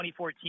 2014